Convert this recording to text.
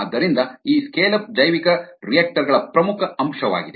ಆದ್ದರಿಂದ ಈ scale up ಜೈವಿಕರಿಯಾಕ್ಟರ್ ಗಳ ಪ್ರಮುಖ ಅಂಶವಾಗಿದೆ